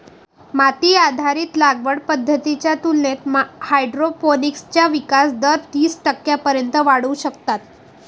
माती आधारित लागवड पद्धतींच्या तुलनेत हायड्रोपोनिक्सचा विकास दर तीस टक्क्यांपर्यंत वाढवू शकतात